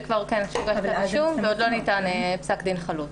שכבר הוגש כתב אישום ועוד לא ניתן פסק דין חלוט.